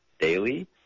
daily